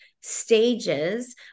stages